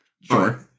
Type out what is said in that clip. Sure